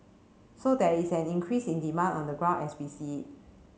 so there is an increase in demand on the ground as we see it